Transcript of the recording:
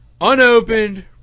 unopened